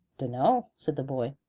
dunno, said the boy.